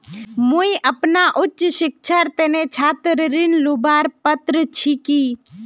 मुई अपना उच्च शिक्षार तने छात्र ऋण लुबार पत्र छि कि?